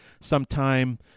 sometime